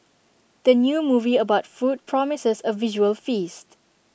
the new movie about food promises A visual feast